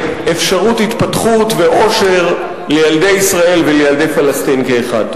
ואפשרות התפתחות ואושר לילדי ישראל ולילדי פלסטין כאחד.